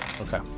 Okay